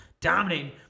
dominating